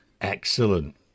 excellent